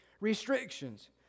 restrictions